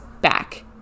back